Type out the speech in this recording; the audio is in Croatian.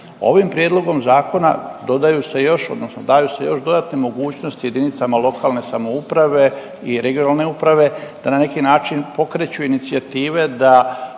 Ovim prijedlogom zakona dodaju se još odnosno daju se još dodatne mogućnosti JLS i regionalne uprave da na neki način pokreću inicijative da